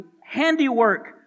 handiwork